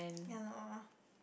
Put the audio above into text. ya lor